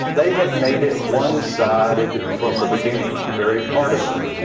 they have made it one sided from the beginning very partisan.